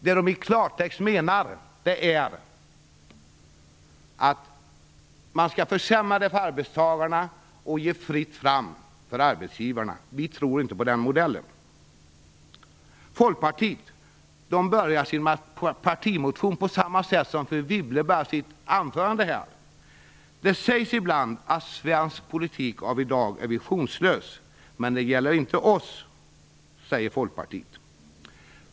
Det de i klartext menar är att man skall försämra för arbetstagarna och ge fritt fram för arbetsgivarna. Vi tror inte på den modellen. Folkpartiet börjar sin partimotion på samma sätt som fru Wibble började sitt anförande: "Det sägs ibland att svensk politik av i dag är visionslös. Men det gäller inte oss." Så säger Folkpartiet.